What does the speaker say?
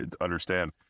understand